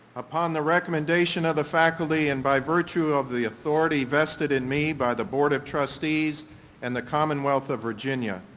upon the recommendations of the faculty and by virtue of the authority vested in me by the board of trustees and the commonwealth of virginia,